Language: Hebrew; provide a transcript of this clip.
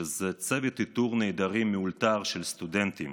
שזה צוות איתור נעדרים מאולתר של סטודנטים,